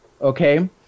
okay